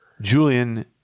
Julian